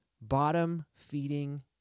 bottom-feeding